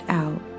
out